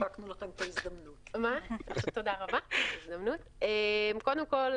קודם כל,